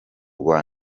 rwa